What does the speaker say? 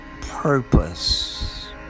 purpose